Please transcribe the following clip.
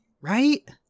right